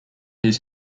his